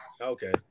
okay